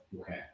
Okay